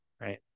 right